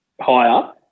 higher